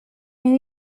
new